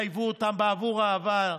לא יחייבו עובדים בעבור העבר,